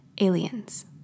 aliens